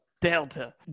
Delta